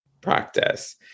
practice